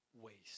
waste